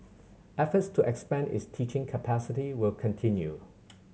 efforts to expand its teaching capacity will continue